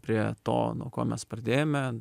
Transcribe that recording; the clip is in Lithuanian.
prie to nuo ko mes pradėjome